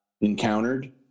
encountered